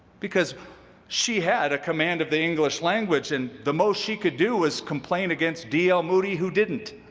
because she had a command of the english language and the most she could do was complain against d. l. moody who didn't.